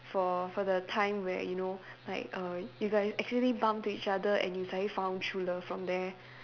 for for the time where you know like err you guys accidentally bump to each other and you suddenly found true love from there